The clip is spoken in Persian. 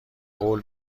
قول